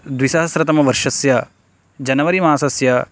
द्विसहस्रतमवर्षस्य जनवरी मासस्य